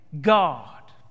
God